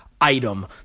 item